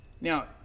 Now